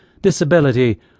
disability